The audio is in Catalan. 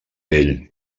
ell